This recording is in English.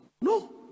no